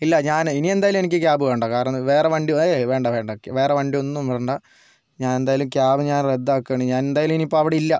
ഇല്ല ഞാൻ ഇനിയെന്തായാലും എനിക്ക് ക്യാബ് വേണ്ട കാരണം വേറെ വണ്ടി ഏയ് വേണ്ട വേണ്ട വേറെ വണ്ടി ഒന്നും വിടണ്ട ഞാനെന്തായാലും ക്യാബ് ഞാൻ റദ്ദാക്കാണ് ഞാൻ എന്തായാലും ഇനിയിപ്പോൾ അവിടെ ഇല്ല